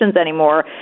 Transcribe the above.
anymore